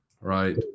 right